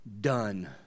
done